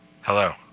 Hello